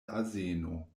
azeno